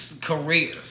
career